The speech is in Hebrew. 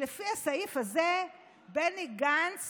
לפי הסעיף הזה בהסכם הקואליציוני, בני גנץ